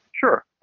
Sure